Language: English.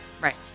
Right